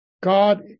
God